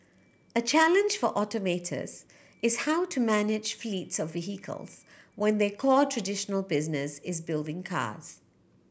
a challenge for automatous is how to manage fleets of vehicles when their core traditional business is building cars